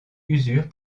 usure